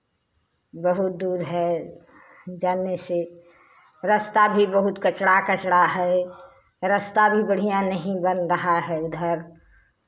बहुत दूर है जाने से रास्ता भी बहुत कचड़ा कचड़ा है रास्ता भी बढ़ियाँ नहीं बन रहा है उधर